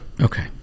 Okay